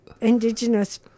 Indigenous